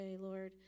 Lord